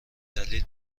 دلیل